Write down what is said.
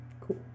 Cool